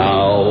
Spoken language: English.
Now